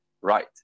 right